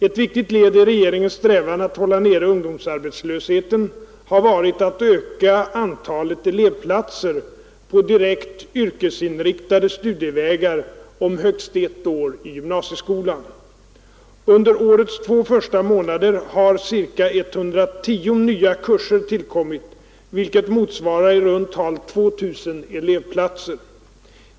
Ett viktigt led i regeringens strävan att hålla nere ungdomsarbetslösheten har varit att öka antalet elevplatser på direkt yrkesinriktade studievägar om högst ett år i gymnasieskolan. Under årets två första månader har ca 110 nya kurser tillkommit, vilket motsvarar i runt tal 2 000 elevplatser.